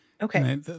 okay